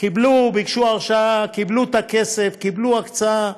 קיבלו, ביקשו הרשאה, קיבלו את הכסף, קיבלו הקצאה.